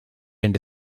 into